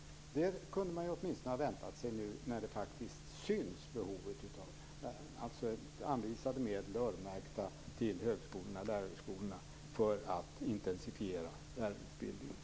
Åtminstone det kunde man ha väntat sig nu när behovet faktiskt syns - anvisade och öronmärkta medel till lärarhögskolorna för att intensifiera lärarutbildningen.